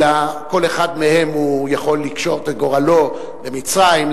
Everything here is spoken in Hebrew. אלא כל אחד מהם יכול לקשור את גורלו במצרים,